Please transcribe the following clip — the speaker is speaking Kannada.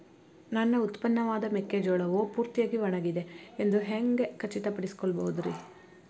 ನನ್ನ ಉತ್ಪನ್ನವಾದ ಮೆಕ್ಕೆಜೋಳವು ಪೂರ್ತಿಯಾಗಿ ಒಣಗಿದೆ ಎಂದು ಹ್ಯಾಂಗ ಖಚಿತ ಪಡಿಸಿಕೊಳ್ಳಬಹುದರೇ?